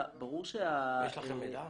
יש לכם מידע?